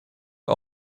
are